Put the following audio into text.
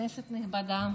כנסת נכבדה,